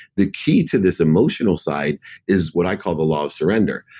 the key to this emotional side is what i call the law of surrender.